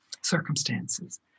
circumstances